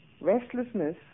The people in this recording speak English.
restlessness